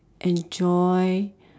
enjoy